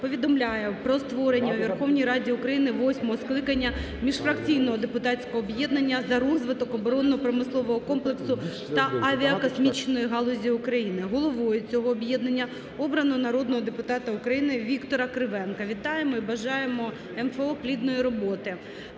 повідомляю про створення у Верховній Раді України восьмого скликання міжфракційного депутатського об'єднання "За розвиток оборонно-промислового комплексу та авіакосмічної галузі України". Головою цього об'єднання обрано народного депутата України Віктора Кривенка. Вітаємо і бажаємо МФО плідної роботи.